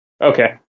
Okay